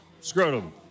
Scrotum